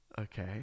Okay